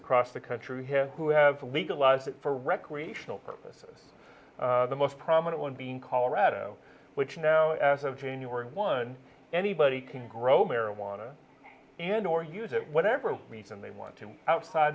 across the country have who have legalized it for recreational purposes the most prominent one being colorado which now as of january one anybody can grow marijuana and or use it whatever reason they want to